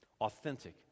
Authentic